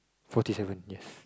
fourty seven yes